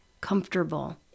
comfortable